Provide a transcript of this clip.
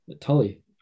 Tully